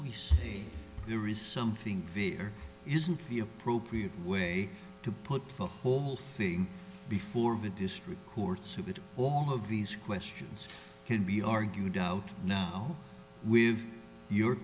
he's there is something the air isn't the appropriate way to put the whole thing before the district who are so that all of these questions can be argued out now with your